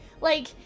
Like-